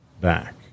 back